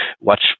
watch